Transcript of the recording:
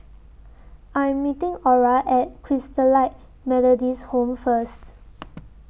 I Am meeting Orah At Christalite Methodist Home First